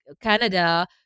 Canada